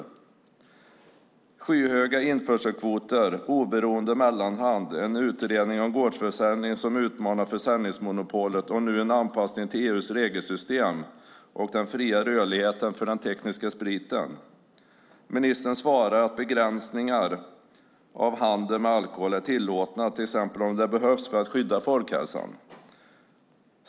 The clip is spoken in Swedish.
Det handlar om skyhöga införselkvoter, oberoende mellanhänder, en utredning om gårdsförsäljning som utmanar försäljningsmonopolet och nu en anpassning till EU:s regelsystem och den fria rörligheten för den tekniska spriten. Ministern svarar att begränsningar av handeln med alkohol är tillåtna till exempel om det behövs för att skydda folkhälsan.